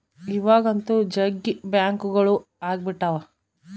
ಇವಾಗಂತೂ ಜಗ್ಗಿ ಬ್ಯಾಂಕ್ಗಳು ಅಗ್ಬಿಟಾವ